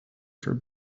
for